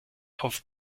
auf